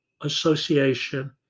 association